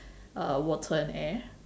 uh water and air